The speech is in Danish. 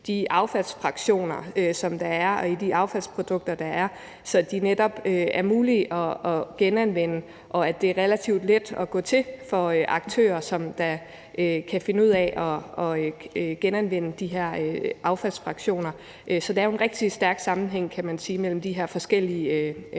de affaldsfraktioner, der er, og i de affaldsprodukter, der er, så de netop er mulige at genanvende, og fordi det er relativt let at gå til for aktører, som kan finde ud af at genanvende de her affaldsfraktioner. Så der er jo en rigtig stærk sammenhæng, kan man sige, mellem de her forskellige